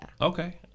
Okay